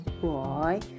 Boy